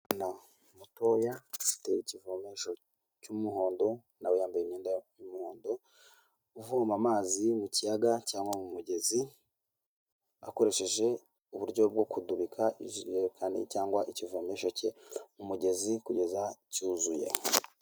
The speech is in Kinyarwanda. Mutoya afite ikivomesho cy'umuhondo nawe yambaye imyenda y'umuhondo, uvoma amazi mu kiyaga cyangwa mu mugezi akoresheje uburyo bwo kudubika ijerekani cyangwa ikivomesho cye mu mugezi kugeza cyuzuye.